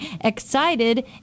excited